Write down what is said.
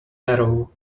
narrow